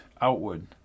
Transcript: outward